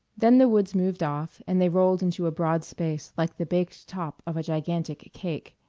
then the woods moved off and they rolled into a broad space like the baked top of a gigantic cake,